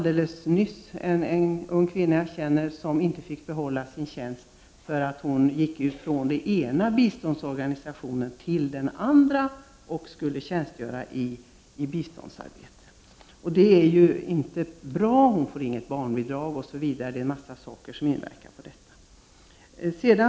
En ung kvinna som jag känner fick inte behålla sin tjänst, eftersom hon gick ifrån den ena biståndsorganisationen till den andra och skulle tjänstgöra i biståndsarbetet. Det är inte bra. Hon får t.ex. inte barnbidrag. En massa saker blir påverkade.